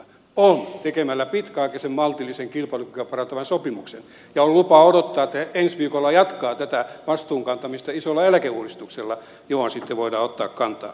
ovat tekemällä pitkäaikaisen maltillisen kilpailukykyä parantavan sopimuksen ja on lupa odottaa että ne ensi viikolla jatkavat tätä vastuunkantamista isolla eläkeuudistuksella johon sitten voidaan ottaa kantaa